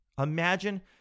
imagine